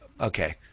Okay